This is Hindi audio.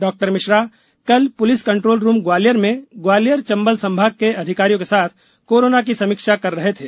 डॉ मिश्रा कल पुलिस कंट्रोल रूम ग्वालियर में ग्वालियर चम्बल संभाग के अधिकारियों के साथ कोरोना की समीक्षा कर रहे थे